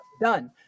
Done